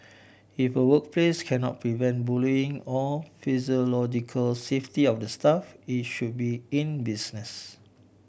if a workplace cannot prevent bullying or psychological safety of the staff it should be in business